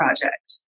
project